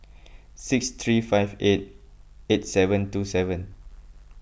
six three five eight eight seven two seven